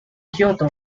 kyoto